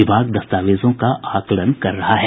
विभाग दस्तावेजों का आकलन कर रहा है